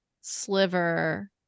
sliver